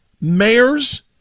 mayors